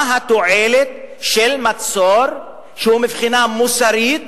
מה התועלת של מצור, שמבחינה מוסרית